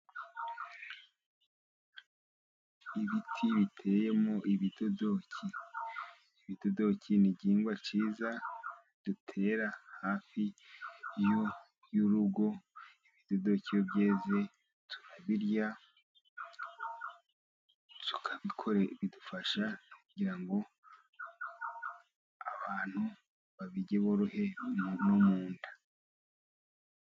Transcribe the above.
Ibiti biteyemo ibidodoki. Ibidodoki ni igihingwa cyiza dutera hafi y'urugo. Ibidodoki byeze turabirya ,bidufasha kugira ngo abantu babirye borohe no mu nda.